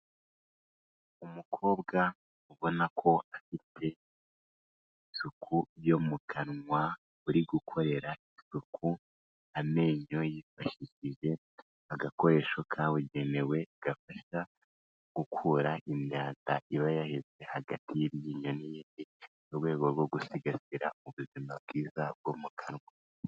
Umukobwa ubona ko afite isuku yo mu kanwa, uri gukorera isuku amenyo yifashishije agakoresho kabugenewe gafasha gukura imyanda iba yaheze hagati y'iryinyo n'irindi, mu rwego rwo gusigasira ubuzima bwiza bwo mu kanwa.